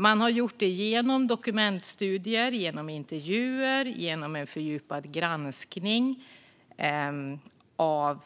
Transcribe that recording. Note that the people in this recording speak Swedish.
Man har gjort det genom dokumentstudier, genom intervjuer och genom en fördjupad granskning av